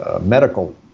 medical